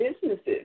businesses